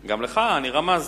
לא ידעתי